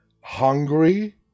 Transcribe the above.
hungry